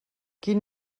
quin